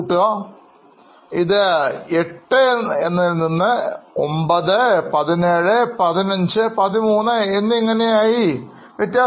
അതിനാൽ ഇത് 8 പിന്നെ 9 17 15 13 എന്നിങ്ങനെ മാറുന്നു